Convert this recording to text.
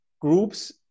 groups